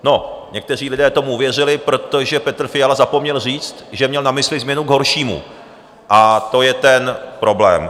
No, někteří lidé tomu uvěřili, protože Petr Fiala zapomněl říct, že měl na mysli změnu k horšímu, a to je ten problém.